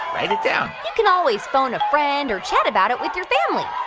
write it down you can always phone a friend or chat about it with your family.